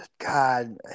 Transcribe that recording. God